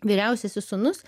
vyriausiasis sūnus